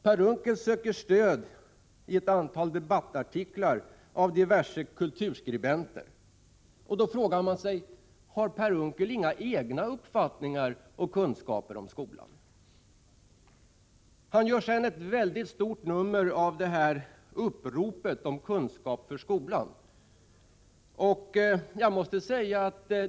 Per Unckel söker stöd i ett antal debattartiklar av diverse kulturskribenter. Då frågar man sig: Har Per Unckel inga egna uppfattningar och kunskaper om skolan? Han gör ett mycket stort nummer av uppropet om kunskap för skolan.